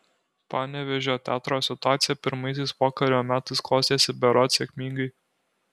panevėžio teatro situacija pirmaisiais pokario metais klostėsi berods sėkmingai